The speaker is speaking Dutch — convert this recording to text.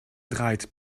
draait